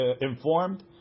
informed